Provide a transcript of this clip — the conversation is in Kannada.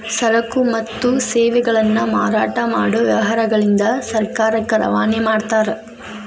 ಸರಕು ಮತ್ತು ಸೇವೆಗಳನ್ನ ಮಾರಾಟ ಮಾಡೊ ವ್ಯವಹಾರಗಳಿಂದ ಸರ್ಕಾರಕ್ಕ ರವಾನೆ ಮಾಡ್ತಾರ